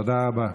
תודה.